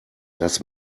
das